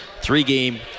three-game